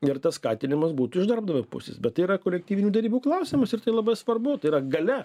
ir tas skatinimas būtų iš darbdavio pusės bet tai yra kolektyvinių derybų klausimas ir tai labai svarbu tai yra galia